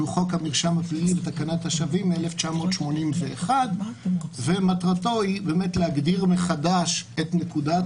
שהוא חוק המרשם הפלילי ותקנת השבים 1981. מטרתו להגדיר מחדש את נקודת